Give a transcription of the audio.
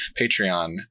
patreon